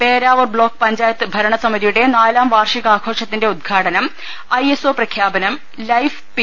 Peravoor block panchayat ഭരണസമിതിയുടെ നാലാം വാർഷികാഘോഷത്തിന്റെ ഉദ്ഘാടനം ഐ എസ് ഒ പ്രഖ്യാപനം ലൈഫ് പി